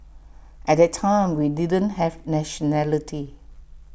at that time we didn't have nationality